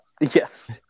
Yes